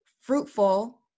fruitful